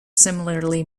similarly